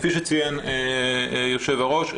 כפי שציין יושב הראש,